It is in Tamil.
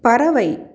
பறவை